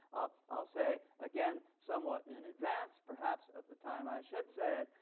i'll say again, somewhat in advance perhaps of the time i should say it,